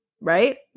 Right